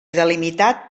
delimitat